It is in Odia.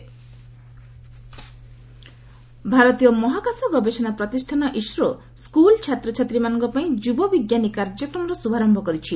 କଣ୍ଣାଟକ ଇସ୍ରୋ ଭାରତୀୟ ମହାକାଶ ଗବେଷଣା ପ୍ରତିଷ୍ଠାନ ଇସ୍ରୋ ସ୍କୁଲ୍ ଛାତ୍ରଛାତ୍ରୀମାନଙ୍କ ପାଇଁ ଯୁବ ବିଜ୍ଞାନୀ କାର୍ଯ୍ୟକ୍ରମର ଶୁଭାରମ୍ଭ କରିଛି